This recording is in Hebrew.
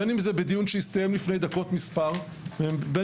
בין אם בדיון שהסתיים לפני דקות מספר ובין